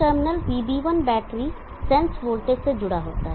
terminal VB1 battery sense voltage से जुड़ा है